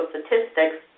Statistics